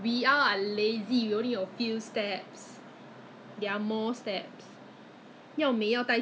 oh 不一定 leh 刚才那个我以为是 toner 开一下你跟我讲那个是洗脸的不是 toner